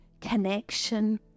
connection